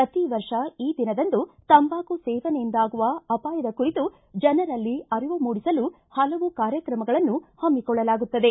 ಪ್ರತಿ ವರ್ಷ ಈ ದಿನದಂದು ತಂಬಾಕು ಸೇವನೆಯಿಂದ ಆಗುವ ಅಪಾಯದ ಕುರಿತು ಜನರಲ್ಲಿ ಅರಿವು ಮೂಡಿಸಲು ಪಲವು ಕಾರ್ಯಕ್ರಮಗಳನ್ನು ಹಮ್ಮಿಕೊಳ್ಳಲಾಗುತ್ತದೆ